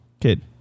Kid